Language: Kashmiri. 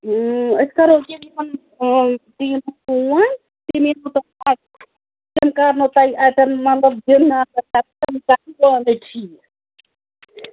أسۍ کرو کیٚنٛہہ یِمن تہٕ یِمن فون تِم تِم کَرنو تۄہہِ اَتٮ۪ن مطلب دِن تِم کَرن پانَے ٹھیٖک